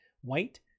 White